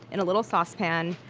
in a little sauce pan,